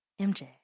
MJ